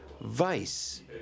Vice